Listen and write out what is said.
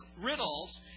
riddles